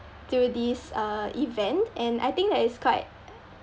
through this uh event and I think that it's quite